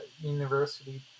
university